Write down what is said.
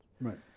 Right